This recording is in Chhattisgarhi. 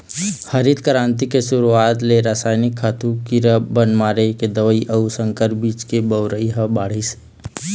हरित करांति के सुरूवात ले रसइनिक खातू, कीरा बन मारे के दवई अउ संकर बीज के बउरई ह बाढ़िस हे